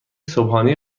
صبحانه